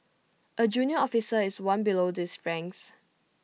A junior officer is one below these ranks